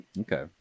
Okay